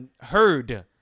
heard